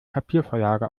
papiervorlage